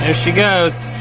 ah she goes.